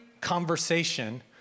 conversation